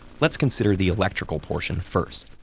let's consider the electrical portion first.